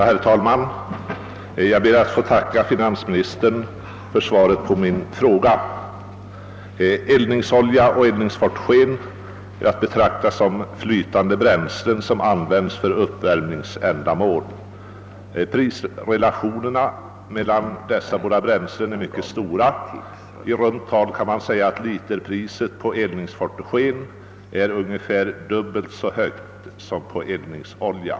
Herr talman! Jag ber att få tacka finansministern för svaret på min fråga. Eldningsolja och eldningsfotogen är att betrakta som flytande bränslen, som användes - för uppvärmningsändamål. Prisskillnaden melan dessa båda bränslen är mycket stor; man kan säga att literpriset på eldningsfotogen är ungefär dubbelt så högt som på eldningsolja.